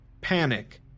panic